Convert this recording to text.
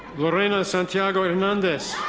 lorena santiago-hernandez.